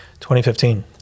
2015